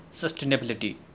sustainability